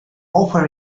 offer